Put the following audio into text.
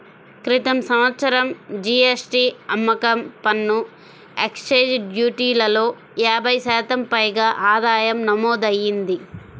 క్రితం సంవత్సరం జీ.ఎస్.టీ, అమ్మకం పన్ను, ఎక్సైజ్ డ్యూటీలలో యాభై శాతం పైగా ఆదాయం నమోదయ్యింది